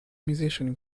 musician